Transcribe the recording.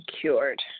cured